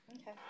Okay